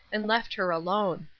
and left her alone.